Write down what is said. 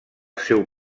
seu